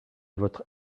votre